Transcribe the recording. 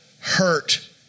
hurt